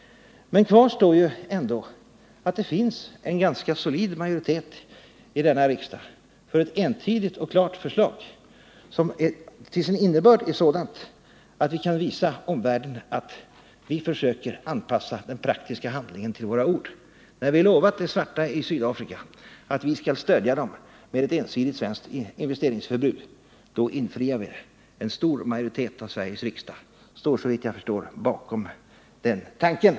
Men kvar står ju ändå att det finns en ganska solid majoritet i denna riksdag för ett entydigt och klart förslag, som till sin innebörd är sådant att vi kan visa omvärlden att vi försöker anpassa den praktiska handlingen till våra ord. När vi lovat de svarta i Sydafrika att vi skall stödja dem med ett ensidigt svenskt investeringsförbud, då infriar vi detta löfte. En stor majoritet av Sveriges riksdag står såvitt jag förstår bakom den tanken.